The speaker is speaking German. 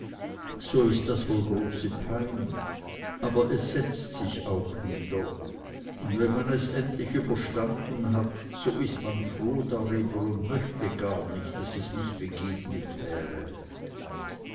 so ist das wohl große pein aber es setzt sich auch wieder und wenn man endlich es überstanden hat so ist man froh dar über und mochte gar nicht daß es nicht begegnet wäre